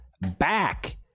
back